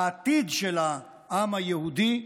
העתיד של העם היהודי,